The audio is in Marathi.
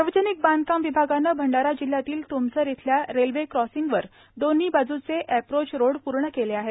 सार्वजनिक बांधकाम विभागाने भंडारा जिल्ह्यातील तुमसर येथील रेल्वे क्रॉसिंगवर दोन्ही बाजूचे प्रोच रोड पूर्ण केले आहेत